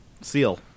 seal